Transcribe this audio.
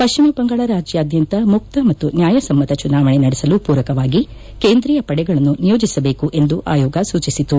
ಪಶ್ಚಿಮ ಬಂಗಾಳ ರಾಜ್ಯಾದ್ಯಂತ ಮುಕ್ತ ಮತ್ತು ನ್ಯಾಯಸಮ್ಮತ ಚುನಾವಣೆ ನಡೆಸಲು ಪೂರಕವಾಗಿ ಕೇಂದ್ರೀಯ ಪಡೆಗಳನ್ನು ನಿಯೋಜಿಸಬೇಕು ಎಂದು ಆಯೋಗ ಸೂಚಿಸಿತು